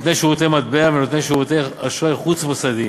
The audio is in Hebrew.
נותני שירותי מטבע ונותני שירותי אשראי חוץ-מוסדיים.